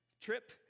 Trip